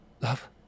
Love